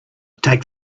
take